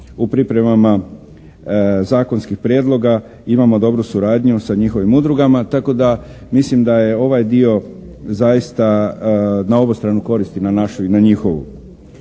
u pripremama zakonskih prijedloga imam odboru suradnju sa njihovim udrugama tako da mislim da je ovaj dio zaista na obostranu korist i na našu i na njihovu.